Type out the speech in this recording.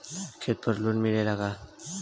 खेत पर लोन मिलेला का?